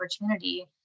opportunity